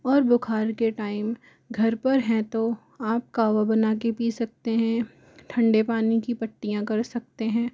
और बुखार के टाइम घर पर हैं तो आप कावा बना कर पी सकते हैं ठंडे पानी की पट्टियाँ कर सकते हैं